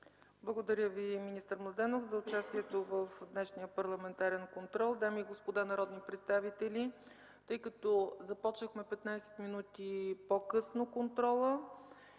Благодаря Ви, министър Младенов, за участието в днешния парламентарен контрол. Дами и господа народни представители, тъй като започнахме 15 минути по-късно